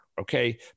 Okay